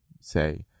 say